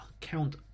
count